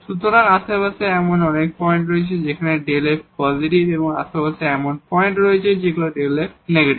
সুতরাং আশেপাশে এমন পয়েন্ট রয়েছে যেখানে Δ f পজিটিভ এবং আশেপাশে এমন পয়েন্ট রয়েছে যেখানে এই Δ f নেগেটিভ